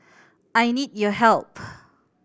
I need your help